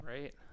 Right